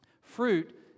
fruit